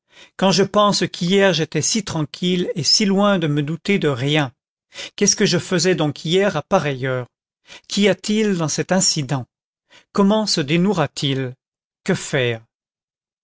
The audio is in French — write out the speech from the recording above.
quand je pense qu'hier j'étais si tranquille et si loin de me douter de rien qu'est-ce que je faisais donc hier à pareille heure qu'y a-t-il dans cet incident comment se dénouera t il que faire